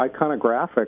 iconographic